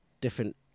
different